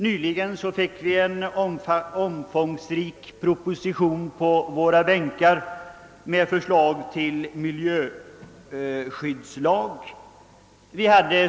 Nyligen fick vi en omfångsrik proposition på våra bänkar med förslag till miljöskyddslag.